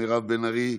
מירב בן ארי,